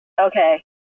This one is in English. okay